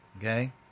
okay